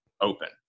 open